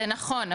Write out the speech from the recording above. זה נכון,